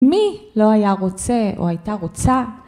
מי לא היה רוצה או הייתה רוצה ...